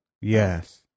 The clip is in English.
Yes